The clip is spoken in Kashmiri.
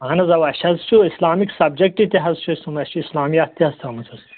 اَہَن حظ اَوا اَسہِ حظ چھِ اِسلامِکٕس سَبجیکٹ تہِ حظ چھِ اَسہِ تھوٚومُت اَسہِ چھُ اِسلامیت تہِ حظ تھٔومٕژ